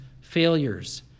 failures